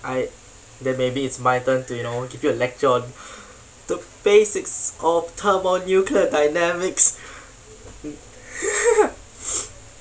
I then maybe it's my turn to you know give you a lecture on the basics of thermonuclear dynamics